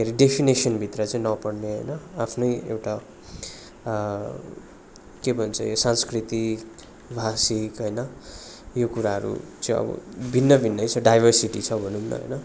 के हरे डेफिनेसनभित्र चाहिँ नपर्ने होइन आफ्नै एउटा के भन्छ यो सांस्कृतिक भाषिक होइन यो कुराहरू चाहिँ अब भिन्नै भिन्नै छ डाइबरसिटी छ भनौँ न होइन